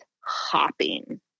hopping